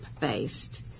based